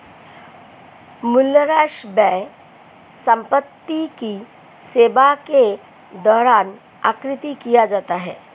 मूल्यह्रास व्यय संपत्ति की सेवा के दौरान आकृति किया जाता है